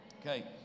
Okay